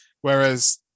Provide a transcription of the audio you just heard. whereas